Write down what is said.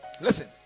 Listen